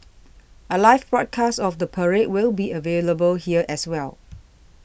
a live broadcast of the parade will be available here as well